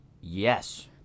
Yes